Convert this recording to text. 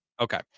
Okay